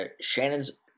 Shannon's